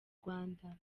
rwanda